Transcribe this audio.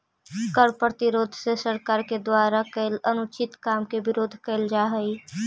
कर प्रतिरोध से सरकार के द्वारा कैल अनुचित काम के विरोध कैल जा हई